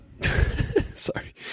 sorry